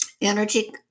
energy